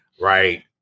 right